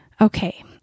Okay